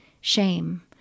shame